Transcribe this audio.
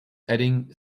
adding